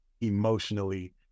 emotionally